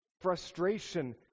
frustration